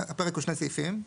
הפרק הוא שני סעיפים.